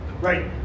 Right